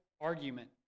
argument